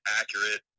accurate